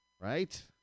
Right